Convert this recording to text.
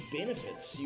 benefits